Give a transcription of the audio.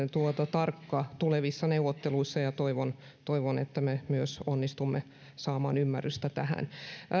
tarkka tulevissa neuvotteluissa ja toivon toivon että me myös onnistumme saamaan ymmärrystä tähän